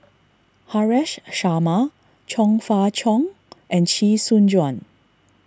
Haresh Sharma Chong Fah Cheong and Chee Soon Juan